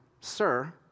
Sir